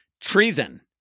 treason